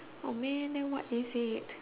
oh man then what is it